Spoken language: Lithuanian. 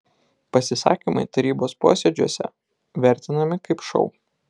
pasisakymai tarybos posėdžiuose vertinami kaip šou